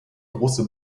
große